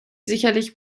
sicherlich